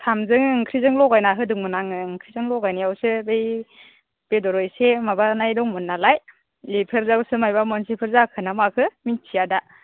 ओंखामजों ओंख्रिजों लगायना होदोंमोन आङो ओंख्रिजों लगायनायावसो बे बेदराव एसे माबानाय दङमोन नालाय बेफोरजोंसो माबा मोनसेफोर जाखोना माखो मिन्थिया दा